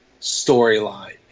storyline